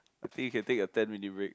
actually you can take a ten minute break